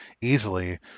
easily